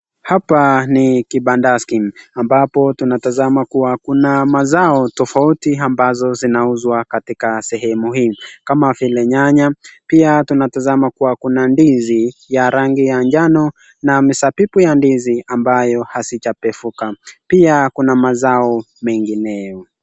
Hapa ni kibandaski ambapo tunatazama kuwa kuna mazao tofauti ambazo zinauzwa katika sehemu hii, kama vile nyanya. Pia tunatazama kuwa kuna ndizi ya rangi ya njano na misabibu ya ndizi ambayo haijapevuka. Pia kuna mazao mengineyo.